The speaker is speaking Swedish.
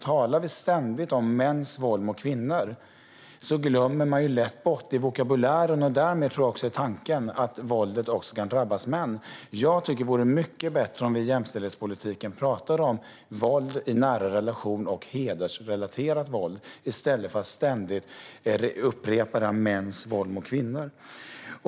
Talar vi ständigt om mäns våld mot kvinnor glömmer man lätt, både i vokabulären och i tanken, bort att våldet också kan drabba män. Jag tycker att det vore mycket bättre om vi i jämställdhetspolitiken talade om våld i nära relation och hedersrelaterat våld, i stället för att ständigt upprepa frasen "mäns våld mot kvinnor".